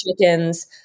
chickens